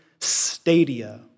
stadia